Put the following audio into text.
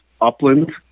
upland